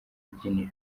rubyiniro